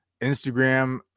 Instagram